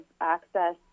access